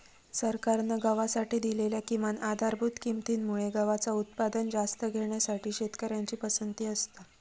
सरकारान गव्हासाठी दिलेल्या किमान आधारभूत किंमती मुळे गव्हाचा उत्पादन जास्त घेण्यासाठी शेतकऱ्यांची पसंती असता